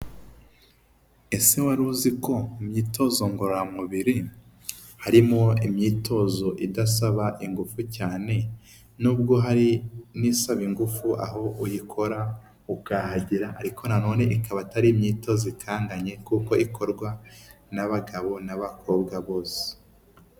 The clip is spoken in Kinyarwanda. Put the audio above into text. Ese wari uzi ko imyitozo ngororamubiri harimo imyitozo idasaba ingufu cyane, nubwo hari n'isaba ingufu aho uyikora ukahagera, ariko nanone ikaba atari imyitozo i kanganye kuko ikorwa n'abagabo n'abakobwa bose.